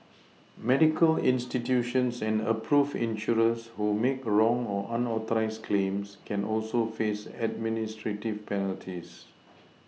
medical institutions and approved insurers who make wrong or unauthorised claims can also face administrative penalties